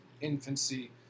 infancy